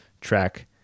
track